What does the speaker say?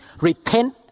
repent